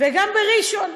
וגם בראשון,